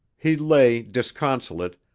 he lay, disconsolate,